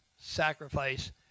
sacrifice